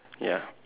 ya